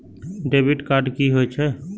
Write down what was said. Debit card कि होई छै?